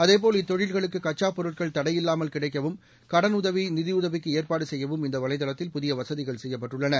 அதேபோல் இத்தொழில்களுக்கு கச்சாப் பொருட்கள் தடை இல்லாமல் கிடைக்கவும் கடனுதவி நிதியுதவிக்கு ஏற்பாடு செய்யவும் இந்த வலைதளத்தில் புதிய வசதிகள் செய்யப்பட்டுள்ளன